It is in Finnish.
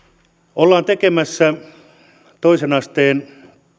ollaan tekemässä toisen asteen